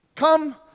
Come